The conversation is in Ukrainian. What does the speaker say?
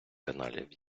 каналів